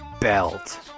Belt